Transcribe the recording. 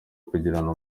kugirana